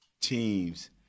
teams